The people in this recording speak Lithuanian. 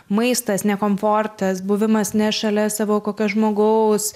maistas nekomfortas buvimas ne šalia savo kokio žmogaus